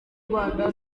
rwanda